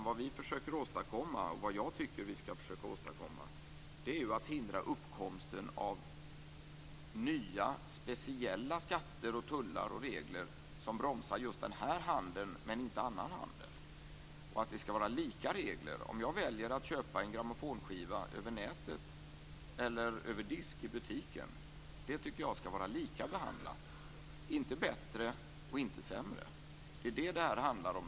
Det vi försöker åstadkomma är att hindra uppkomsten av nya speciella skatter, tullar och regler som bromsar just den här handeln men inte annan handel. Det skall vara lika regler. Om jag väljer att köpa en grammofonskiva över nätet eller över disk i butiken tycker jag skall behandlas lika, inte bättre och inte sämre. Det är detta det handlar om.